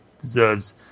deserves